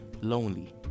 lonely